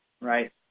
right